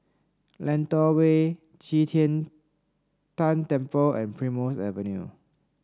Lentor Way Qi Tian Tan Temple and Primrose Avenue